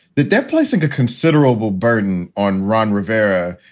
that they're placing a considerable burden on ron rivera.